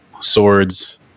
swords